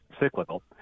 cyclical